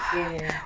ya ya ya